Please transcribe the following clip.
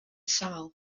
sâl